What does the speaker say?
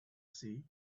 sea